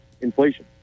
inflation